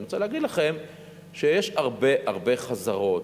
ואני רוצה להגיד לכם שיש הרבה הרבה חזרות.